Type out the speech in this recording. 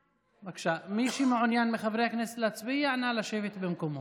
מי שמעוניין מחברי הכנסת להצביע, נא לשבת במקומו.